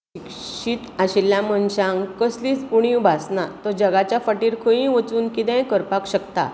शिक्षित आशिल्ला मनशांक कसलीच उणीव भासना तो जगाच्या फाटीर खंयूय वचून कितेंय करपाक शकता